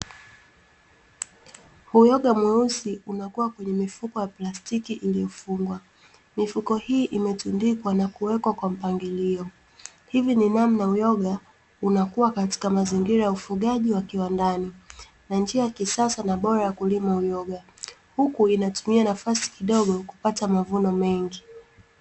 Uyoga mweusi unakuwa kwenye mifuko ya plastiki iliyofungwa, mifuko hii imetundikwa na kuwekwa kwa mpangilio, hivi ni namna uyoga unakuwa katika mazingira ya ufugaji wa kiwandani na njia ya kisasa na bora ya kulima uyoga, huku inatumia nafasi kidogo kupata mavuno mengi.